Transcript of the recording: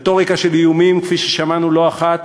רטוריקה של איומים, כפי ששמענו לא אחת,